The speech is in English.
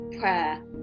prayer